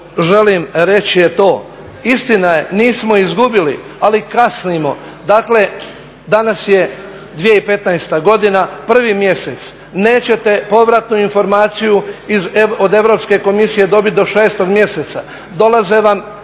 želim reći je to, istina je nismo izgubili ali kasnimo. Dakle, danas je 2015. godina, prvi mjesec, nećete povratnu informaciju od Europske komisije dobiti do 6. mjeseca. Dolaze vam